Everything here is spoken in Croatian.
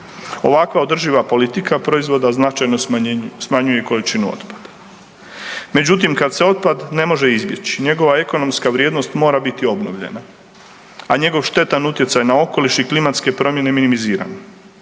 Ovakva održiva politika proizvoda značajno smanjuje količinu otpada. Međutim, kada se otpad ne može izbjeći njegova ekonomska vrijednost mora biti obnovljena, a njegov štetan utjecaj na okoliš i klimatske promjene minimizirana.